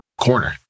corner